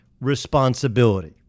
responsibility